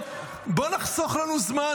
בוא נחסוך לנו זמן,